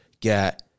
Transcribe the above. got